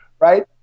Right